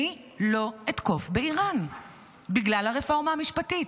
אני לא אתקוף באיראן בגלל הרפורמה המשפטית,